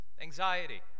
Anxiety